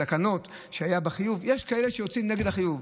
בתקנות, שהיה בחיוב, יש כאלה שיוצאים נגד החיוב.